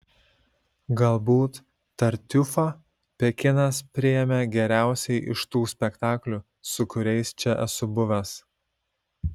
galbūt tartiufą pekinas priėmė geriausiai iš tų spektaklių su kuriais čia esu buvęs